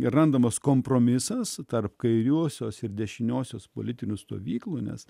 ir randamas kompromisas tarp kairiosios ir dešiniosios politinių stovyklų nes